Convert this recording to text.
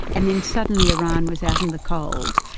and then suddenly iran was out in the cold,